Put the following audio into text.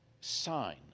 sign